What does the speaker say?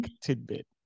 tidbit